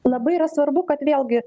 labai yra svarbu kad vėlgi